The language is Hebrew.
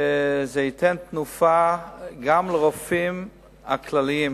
ייתן תנופה גם לרופאים הכלליים.